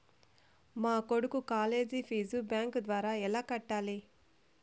మా కొడుకు college fee bank ద్వారా ఎలా కట్టాలి?